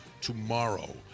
tomorrow